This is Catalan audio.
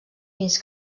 fins